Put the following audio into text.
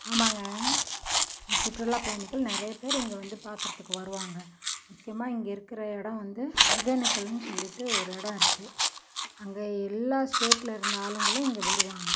ஆமாங்க இங்கே சுற்றுலாப் பயணிகள் நிறைய பேர் இங்கே வந்து பார்க்குறத்துக்கு வருவாங்க முக்கியமாக இங்கே இருக்கிற இடம் வந்து ஒகேனக்கல்னு சொல்லிவிட்டு ஒரு இடம் இருக்குது அங்கே எல்லா ஸ்டேட்டில் இருந்த ஆளுங்களும் இங்கே வருவாங்க